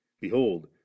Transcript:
behold